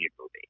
movie